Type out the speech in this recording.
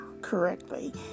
correctly